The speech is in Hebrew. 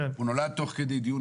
הוא נולד תוך כדי דיון.